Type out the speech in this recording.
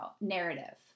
narrative